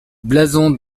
blason